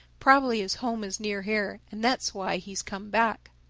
probably his home is near here, and that's why he's come back.